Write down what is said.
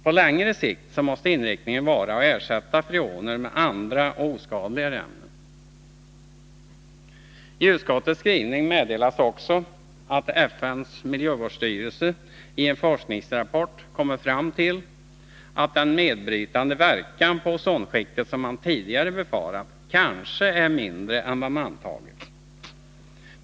På längre sikt måste inriktningen vara att ersätta freoner med andra och oskadligare ämnen. I utskottets skrivning meddelas också att FN:s miljövårdsstyrelse i en forskningsrapport kommit fram till att den nedbrytande verkan på ozonskiktet som man tidigare befarat kanske är mindre än vad man antagit.